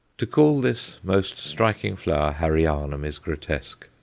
to call this most striking flower harryanum is grotesque.